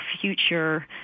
future